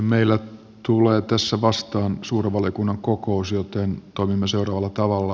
meillä tulee tässä vastaan suuren valiokunnan kokous joten toimimme seuraavalla tavalla